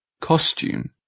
costume